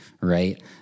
right